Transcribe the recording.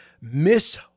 Miss